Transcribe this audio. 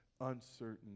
uncertain